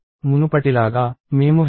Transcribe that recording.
మునుపటిలాగా మేము include stdio